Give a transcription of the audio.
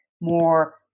more